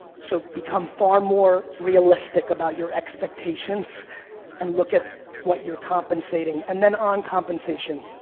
so become far more realistic about your expectations and look at what your compensating. and then on compensation.